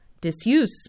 disuse